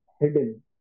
hidden